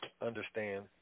understand